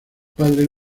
padre